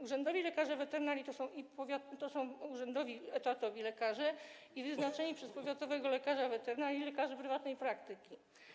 Urzędowi lekarze weterynarii to są urzędowi etatowi lekarze i wyznaczeni przez powiatowego lekarza weterynarii lekarze prywatnej praktyki.